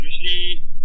usually